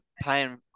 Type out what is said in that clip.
paying